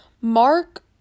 Mark